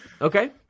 Okay